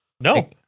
No